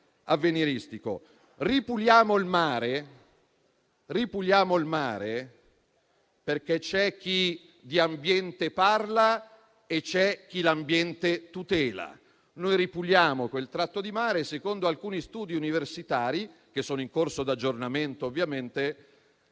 Ripuliamo il mare, perché c'è chi di ambiente parla e c'è chi l'ambiente lo tutela. Ripuliamo quel tratto di mare: secondo alcuni studi universitari, che ovviamente sono in corso di aggiornamento, eviteremo